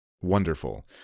Wonderful